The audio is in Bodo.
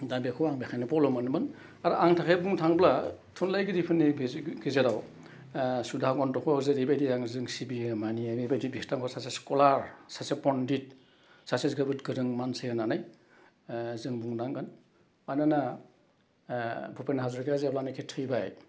दा बेखौ आं बेखायनो फल' मोनोमोन आरो आंनि थाखाय बुंनो थाङोब्ला थुनलाइ गिरिफोरनि बिजे गेजेराव सुदागन्तखौ जेरैबायदि आं जों सिबियो मानियो बेबायदि बिथांखौ सासे स्कलार सासे पण्डित सासे जोबोद गोरों मानसि होन्नानै जों बुंनांगोन मानोना भुपेन हाज'रिकाया जेब्लानाखि थैबाय